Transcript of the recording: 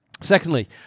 Secondly